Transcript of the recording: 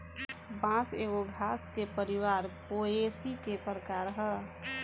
बांस एगो घास के परिवार पोएसी के प्रकार ह